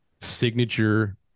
signature